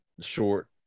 short